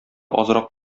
азрак